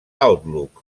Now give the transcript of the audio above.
outlook